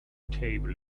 table